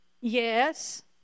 yes